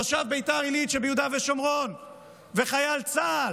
תושב ביתר עילית שביהודה ושומרון וחייל צה"ל,